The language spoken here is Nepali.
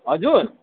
हजुर